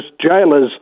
jailers